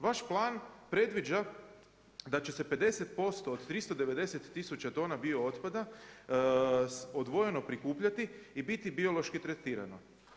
Vaš plan predviđa da će se 50% od 390 tisuća tona bio otpada odvojeno prikupljati i biti biološki tretirano.